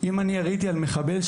אם היה ויריתי על מחבל,